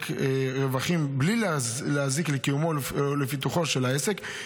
רווחים בלי להזיק לקיומו או לפיתוחו של העסק,